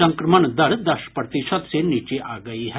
संक्रमण दर दस प्रतिशत से नीचे आ गयी है